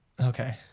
Okay